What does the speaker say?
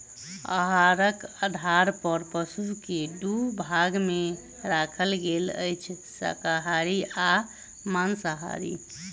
आहारक आधार पर पशु के दू भाग मे राखल गेल अछि, शाकाहारी आ मांसाहारी